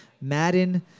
Madden